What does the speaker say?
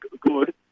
good